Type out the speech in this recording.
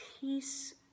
peace